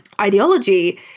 ideology